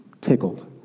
tickled